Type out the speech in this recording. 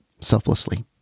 selflessly